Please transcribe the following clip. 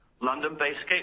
London-based